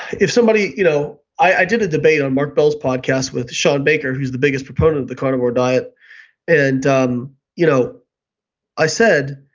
if somebody, you know i did a debate on mark bell's podcast with shawn baker who's the biggest proponent of the carnivore diet and um you know i said,